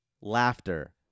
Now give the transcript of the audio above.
Laughter